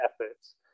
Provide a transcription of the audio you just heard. efforts